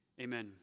Amen